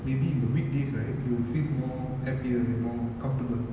maybe in the weekdays right you will feel more happier more comfortable